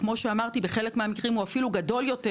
כאמור, בחלק מהמקרים הוא אפילו גדול יותר